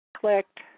Clicked